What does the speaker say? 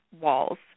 walls